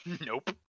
Nope